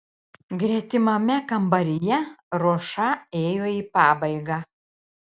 gretimame kambaryje ruoša ėjo į pabaigą